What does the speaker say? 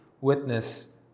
witness